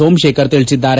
ಸೋಮಶೇಖರ್ ತಿಳಿಸಿದ್ದಾರೆ